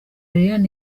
lilian